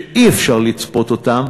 שאי-אפשר לצפות אותם,